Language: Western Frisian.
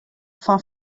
fan